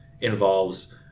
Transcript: involves